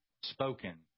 spoken